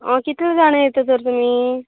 आं कितलें जाण येता तर तुमी